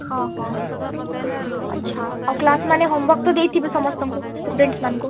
ହଁ ହଁ ଆଚ୍ଛା ଆଉ କ୍ଲାସ୍ ମାନେ ହୋମ୍ୱାର୍କ ତ ଦେଇଥିବେ ସମସ୍ତଙ୍କୁ ଷ୍ଟୁଡ଼େଣ୍ଟସ୍ ମାନଙ୍କୁ